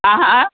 हा हा